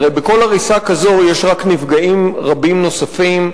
הרי בכל הריסה כזאת יש רק נפגעים רבים נוספים,